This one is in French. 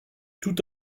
tout